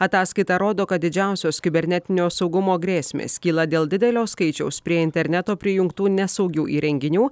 ataskaita rodo kad didžiausios kibernetinio saugumo grėsmės kyla dėl didelio skaičiaus prie interneto prijungtų nesaugių įrenginių